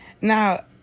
Now